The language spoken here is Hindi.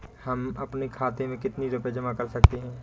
हम अपने खाते में कितनी रूपए जमा कर सकते हैं?